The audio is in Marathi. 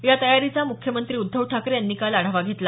या तयारीचा मुख्यमंत्री उद्धव ठाकरे यांनी काल आढावा घेतला